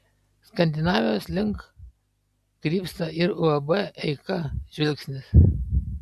skandinavijos link krypsta ir uab eika žvilgsnis